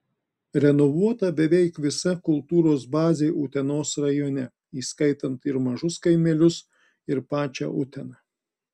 renovuota beveik visa kultūros bazė utenos rajone įskaitant ir mažus kaimelius ir pačią uteną